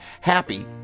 happy